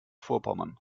vorpommern